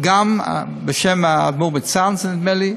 גם בשם האדמו"ר מצאנז, נדמה לי,